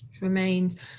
remains